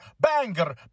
banger